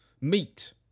meat